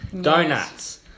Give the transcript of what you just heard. Donuts